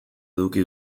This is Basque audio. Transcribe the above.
eduki